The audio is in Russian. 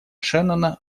шеннона